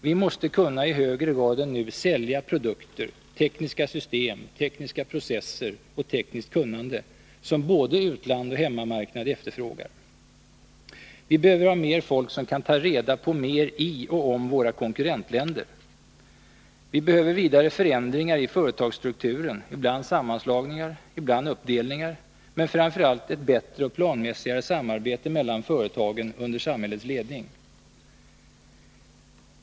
Vi måste i högre grad än nu kunna sälja produkter, tekniska system, tekniska processer och tekniskt kunnande, som både utland och hemmamarknad efterfrågar. Vi behöver mer folk som kan få reda på mer i och om våra konkurrentländer. Vi behöver vidare förändringar i företagsstrukturen, ibland sammanslagningar, ibland uppdelningar, men framför allt ett bättre och planmässigare samarbete mellan företagen, under samhällets ledning.